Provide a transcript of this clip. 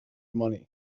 money